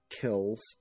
kills